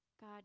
God